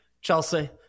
Chelsea